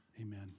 amen